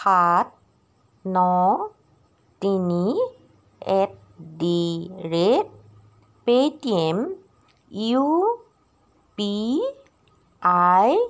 সাত ন তিনি at the rate Paytm U P I